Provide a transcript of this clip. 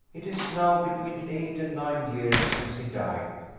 it is now between eight and nine years since he died,